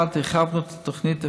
1. הרחבנו את תוכנית "אפשריבריא"